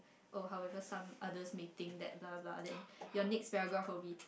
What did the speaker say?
oh however some others may think that blah blah then your next paragraph will be